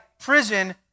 prison